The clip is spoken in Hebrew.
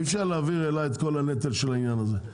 אי אפשר להעביר אליי את כל הנטל של העניין הזה.